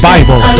Bible